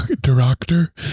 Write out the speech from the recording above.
director